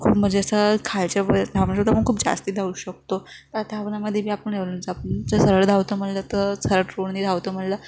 खूप म्हणजे असं खालच्या धावून सुद्धा खूप जास्त धावू शकतो त्या धावण्यामध्ये बी आपण येऊन जा सरळ धावतो म्हणलं तर सरळ रोडने धावतो म्हटलं